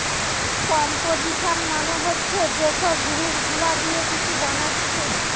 composition মানে হচ্ছে যে সব জিনিস গুলা দিয়ে কিছু বানাচ্ছে